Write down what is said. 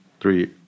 Three